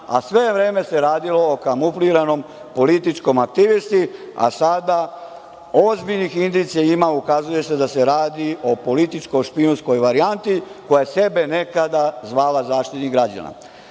a sve vreme se radilo o kamufliranom političkom aktivisti, a sad ozbiljnih indicija ima i ukazuje da se radi o političko-špijunskoj varijanti koja je sebe nekada zvala Zaštitnik